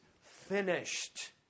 finished